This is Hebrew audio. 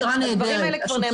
הדברים האלה כבר נאמרו פה.